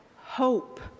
hope